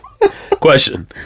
Question